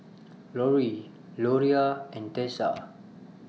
Loree Loria and Tessa